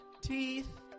teeth